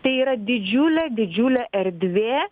tai yra didžiulė didžiulė erdvė